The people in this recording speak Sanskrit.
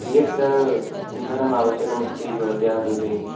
कियत् इन्धनम् आवश्यकम् अस्ति भवत्याः कृते